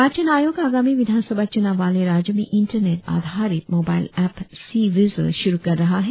निर्वाचन आयोग आगामी विधानसभा चुनाव वाले राज्यों में इंटरनेट आधारित मोबाइल एप्प सी विजिल श्रु कर रहा है